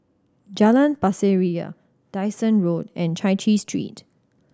Jalan Pasir Ria Dyson Road and Chai Chee Street